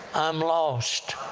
i'm lost!